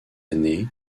années